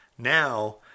Now